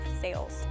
sales